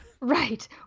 Right